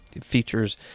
features